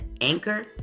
anchor